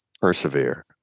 persevere